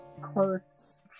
close